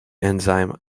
enzyme